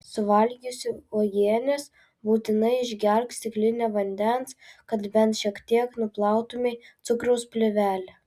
suvalgiusi uogienės būtinai išgerk stiklinę vandens kad bent šiek tiek nuplautumei cukraus plėvelę